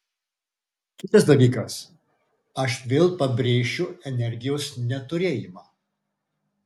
kitas dalykas aš vėl pabrėšiu energijos neturėjimą